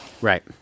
right